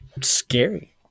scary